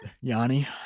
Yanni